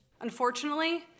Unfortunately